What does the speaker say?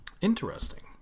interesting